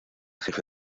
jefe